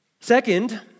Second